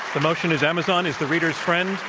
the motion is amazon is the reader's friend.